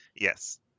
Yes